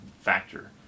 factor